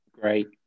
Great